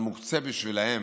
אבל מוקצה בשבילן כסף,